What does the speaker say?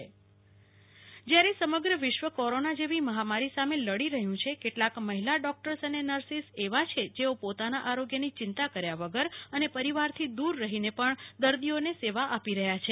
કલ્પના શાહ મહિલા દિવસ બાઈટ જ્યારે સમગ્ર વિશ્વ કોરોના જેવી મહામારી સામે લડી રહ્યું છે ત્યારે કેટલાક મહિલા ડોક્ટર્સ અને નર્સો એવા છે જેઓ પોતાના આરોગ્યની ચિંતા કર્યા વગર અને પરિવારથી દૂર રહીને પણ દર્દીઓને સેવા આપી રહ્યા છે